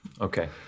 Okay